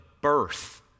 birth